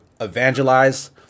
evangelize